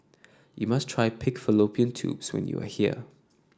you must try Pig Fallopian Tubes when you are here